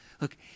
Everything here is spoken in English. Look